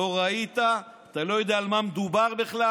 לא ראית, אתה לא יודע על מה מדובר בכלל.